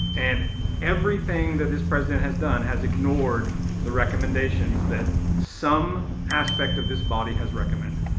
and everything that this president has done has ignored the recommendations that some aspect of this body has recommended.